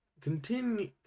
continue